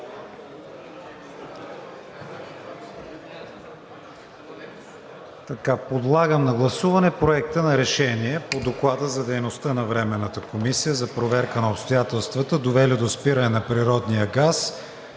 Подлагам на гласуване Проекта на решение по Доклада за дейността на Временната комисия за проверка на обстоятелствата, довели до спиране на природния газ